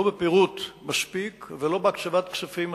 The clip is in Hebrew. לא בפירוט מספיק ולא בהקצאת כספים מתאימה.